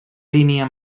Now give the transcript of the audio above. línia